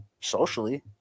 socially